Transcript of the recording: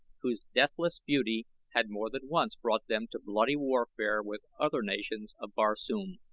whose deathless beauty had more than once brought them to bloody warfare with other nations of barsoom.